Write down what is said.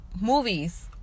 movies